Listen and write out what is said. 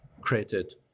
created